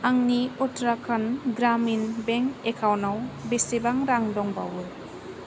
आंनि उत्तराखन्ड ग्रामिन बेंक एकाउन्टाव बेसेबां रां दंबावो